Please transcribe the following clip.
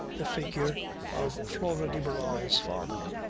the figure of flora de barral's father.